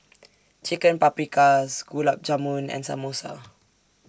Chicken Paprikas Gulab Jamun and Samosa